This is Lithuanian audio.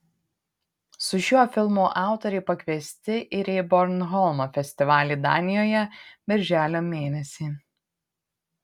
su šiuo filmu autoriai pakviesti ir į bornholmo festivalį danijoje birželio mėnesį